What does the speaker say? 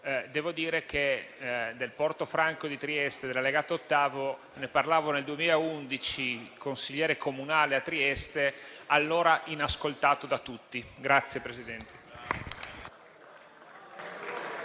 Devo dire che del porto franco di Trieste e dell'allegato VIII ne parlavo nel 2011, consigliere comunale a Trieste, allora inascoltato da tutti.